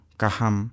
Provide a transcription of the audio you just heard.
kaham